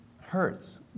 hurts